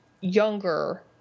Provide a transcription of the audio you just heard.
younger